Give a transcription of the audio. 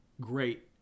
great